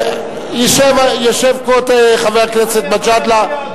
ישב כבוד חבר הכנסת מג'אדלה.